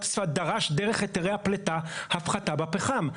הסביבה דרש דרך היתרי הפליטה הפחתה בפחם.